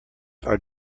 are